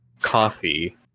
coffee